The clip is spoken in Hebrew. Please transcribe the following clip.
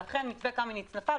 לכן מתווה קמיניץ נפל.